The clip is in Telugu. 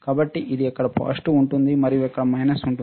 కాబట్టి ఇది ఇక్కడ పాజిటివ్ ఉంటుంది మరియు ఇక్కడ మైనస్ ఉంటుంది